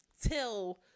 till